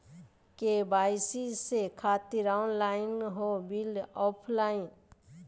KYC से खातिर online हो बिल ऑफलाइन?